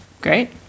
Great